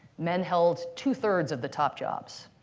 men held two three of the top jobs.